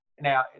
now